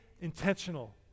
intentional